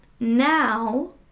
Now